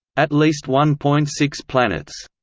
at least one point six planets,